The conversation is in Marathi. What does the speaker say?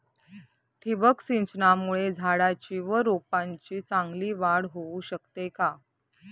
ठिबक सिंचनामुळे झाडाची व रोपांची चांगली वाढ होऊ शकते का?